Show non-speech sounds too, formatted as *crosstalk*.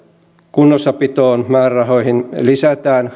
kunnossapitoon sen määrärahoihin lisätään *unintelligible*